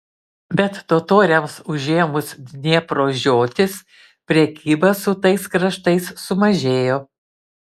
bet totoriams užėmus dniepro žiotis prekyba su tais kraštais sumažėjo